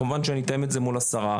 כמובן שאני אתאם את זה מול השרה,